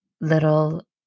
little